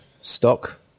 stock